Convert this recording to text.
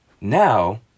now